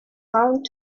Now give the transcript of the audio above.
found